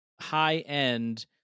high-end